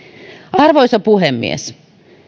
arvoisa puhemies